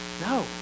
No